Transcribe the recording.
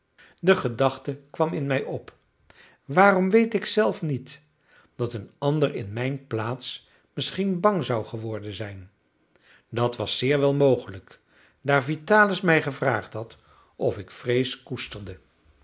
de gedachte kwam in mij op waarom weet ik zelf niet dat een ander in mijn plaats misschien bang zou geworden zijn dat was zeer wel mogelijk daar vitalis mij gevraagd had of ik vrees koesterde